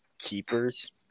keepers